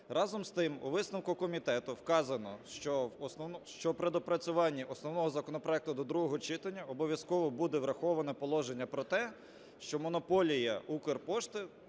Разом з тим у висновку комітету вказано, що при доопрацюванні основного законопроекту до другого читання обов'язково буде враховано положення про те, що монополія Укрпошти